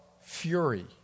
Fury